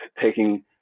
taking